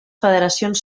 federacions